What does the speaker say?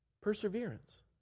Perseverance